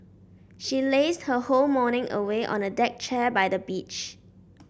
she lazed her whole morning away on a deck chair by the beach